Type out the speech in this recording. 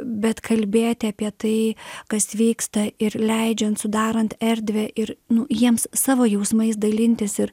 bet kalbėti apie tai kas vyksta ir leidžiant sudarant erdvę ir nu jiems savo jausmais dalintis ir